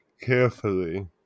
carefully